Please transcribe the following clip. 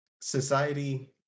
Society